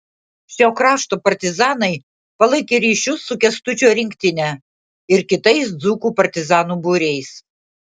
šio krašto partizanai palaikė ryšius su kęstučio rinktine ir kitais dzūkų partizanų būriais